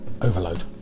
overload